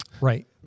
Right